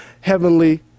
heavenly